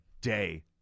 day